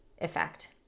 effect